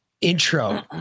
intro